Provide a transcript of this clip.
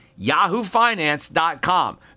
yahoofinance.com